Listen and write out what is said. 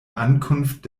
ankunft